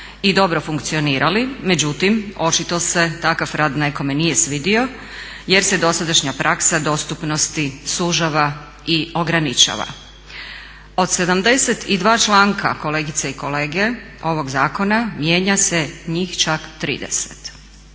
i dobro funkcionirali. Međutim, očito se takav rad nekome nije svidio jer se dosadašnja praksa dostupnosti sužava i ograničava. Od 72 članka kolegice i kolege ovog zakona mijenja se njih čak 30.